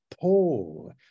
paul